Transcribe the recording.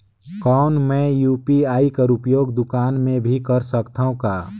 कौन मै यू.पी.आई कर उपयोग दुकान मे भी कर सकथव का?